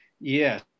Yes